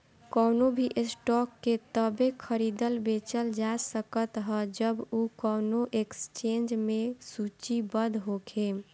कवनो भी स्टॉक के तबे खरीदल बेचल जा सकत ह जब उ कवनो एक्सचेंज में सूचीबद्ध होखे